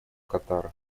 катар